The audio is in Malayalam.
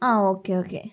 ആ ഓക്കേ ഓക്കേ